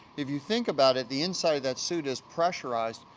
if you think about it, the inside of that suit is pressurized.